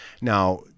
Now